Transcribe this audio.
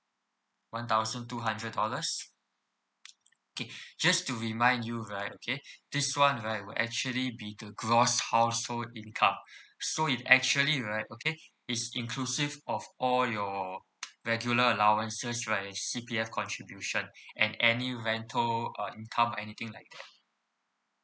one thousand two hundred dollars okay just to remind you right okay this one right will actually be the gross household income so it actually right okay it's inclusive of all your regular allowances right C_P_F contribution and any rental uh income anything like that